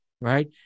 Right